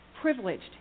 privileged